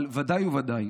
אבל ודאי וודאי